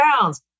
pounds